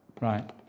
Right